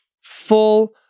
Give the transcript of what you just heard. full